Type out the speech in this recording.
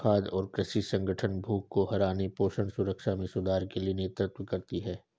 खाद्य और कृषि संगठन भूख को हराने पोषण सुरक्षा में सुधार के लिए नेतृत्व करती है